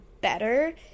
better